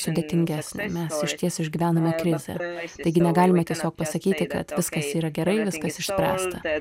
sudėtingesnė mes išties išgyvename krizę taigi negalime tiesiog pasakyti kad viskas yra gerai viskas išspręsta